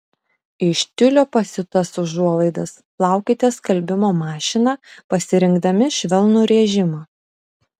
iš tiulio pasiūtas užuolaidas plaukite skalbimo mašina pasirinkdami švelnų režimą